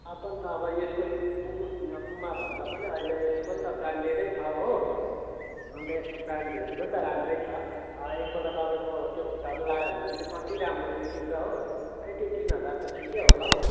अर्को नि त अब यसको पुम पुमा भन्दा पनि अहिले यसको पनि त ब्रान्डेड नै छ हो अन्त यसको ब्रान्ड भेल्यु पनि त राम्रै छ एकपल्ट तपाईँ अब त्यो खुट्टामा लगायो भने पनि कति राम्रो देखिन्छ हो यति तिन हजार त ठिकै होला हौ